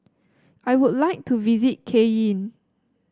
I would like to visit Cayenne